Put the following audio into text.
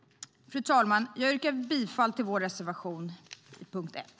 Fru talman! Jag yrkar bifall till vår reservation under punkt 1.